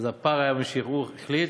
אז הפער היה והוא החליט